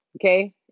Okay